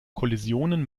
kollisionen